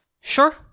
sure